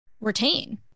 retain